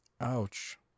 Ouch